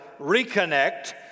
reconnect